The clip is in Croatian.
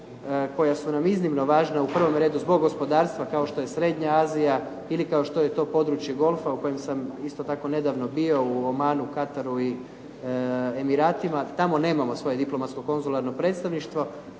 koja su nam iznimno važna u prvom redu zbog gospodarstva kao što je Srednja Azija ili kao što je to područje Golfa u kojem sam isto tako nedavno bio u Omanu, Kataru i Emiratima. Tamo nemamo svoje diplomatsko-konzularno predstavništvo